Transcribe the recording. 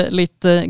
lite